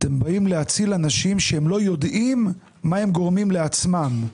אתם באים להציל אנשים שהם לא יודעים מה הם גורמים לעצמם.